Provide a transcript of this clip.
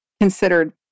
considered